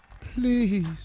Please